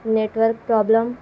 network problem